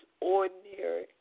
ordinary